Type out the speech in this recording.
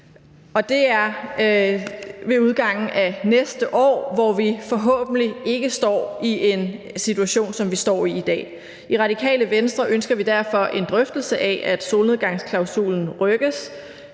det er ved udgangen af næste år, hvor vi forhåbentlig ikke står i en situation som den, vi står i i dag. I Radikale Venstre ønsker vi en drøftelse af, at solnedgangsklausulen rykkes